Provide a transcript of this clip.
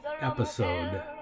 episode